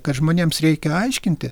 kad žmonėms reikia aiškinti